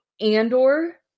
Andor